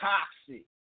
Toxic